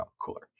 cooler